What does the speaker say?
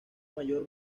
mayor